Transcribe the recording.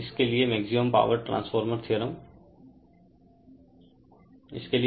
इसके लिए maximum power transfer theorem देखेंगे